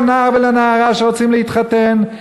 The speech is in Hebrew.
בא החוק הזה להוכיח שאין לכם שום כבוד לנער ונערה שרוצים להתחתן,